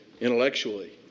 intellectually